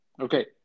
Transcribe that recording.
Okay